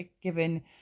given